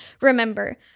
remember